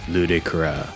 Ludicra